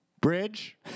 Bridge